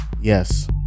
yes